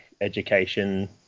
education